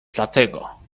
dlatego